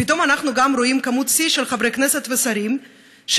פתאום אנחנו גם רואים מספר שיא של חברי כנסת ושרים שפתאום,